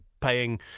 paying